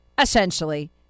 Essentially